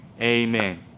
amen